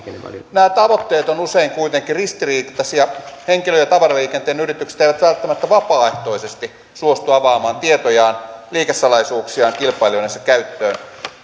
nämä tavoitteet ovat usein kuitenkin ristiriitaisia henkilö ja tavaraliikenteen yritykset eivät välttämättä vapaaehtoisesti suostu avaamaan tietojaan liikesalaisuuksiaan kilpailijoidensa käyttöön